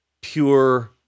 pure